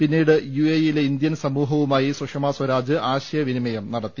പിന്നീട് U A ഇയിലെ Indian സമൂഹവുമായി സുഷമസ്വരാജ് ആശയവിനിമയം നടത്തി